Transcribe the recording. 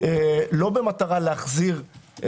לא במטרה להחזיר,